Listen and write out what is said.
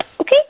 okay